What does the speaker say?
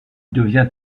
devient